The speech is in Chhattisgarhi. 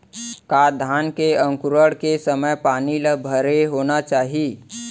का धान के अंकुरण के समय पानी ल भरे होना चाही?